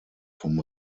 vom